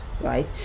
right